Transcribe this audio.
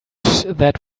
that